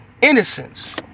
innocence